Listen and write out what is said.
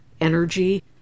energy